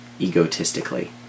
egotistically